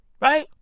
Right